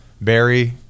Barry